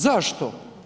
Zašto?